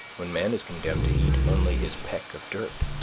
when man is condemned to eat only his peck of dirt?